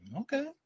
Okay